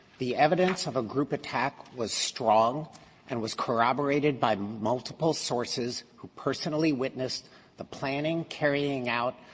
the evidence of a group attack was strong and was corroborated by multiple sources who personally witnessed the planning, carrying out,